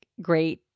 great